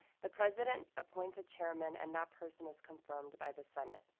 the president appoints a chairman and that person is confirmed by the senate.